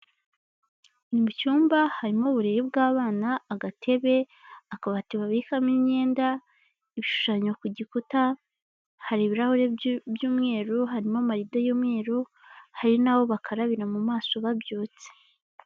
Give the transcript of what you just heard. Mu cyumba harimo uburiri bw'abana, agatebe, akabati babikamo imyenda, ibishushanyo ku gikuta, hari ibirahuri by'umweru, harimo amarido y'umweru, hari n'aho bakarabira mu maso babyutse.